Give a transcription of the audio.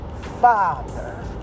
father